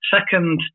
Second